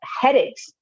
headaches